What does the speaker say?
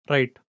Right